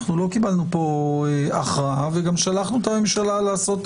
לא קיבלנו פה הכרעה, וגם שלחנו את הממשלה לעשות